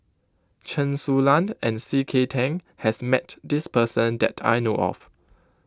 Chen Su Lan and C K Tang has met this person that I know of